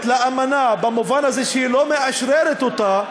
לאמנה במובן הזה שהיא לא מאשררת אותה,